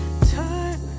time